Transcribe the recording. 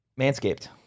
Manscaped